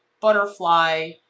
butterfly